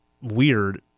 weird